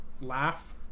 laugh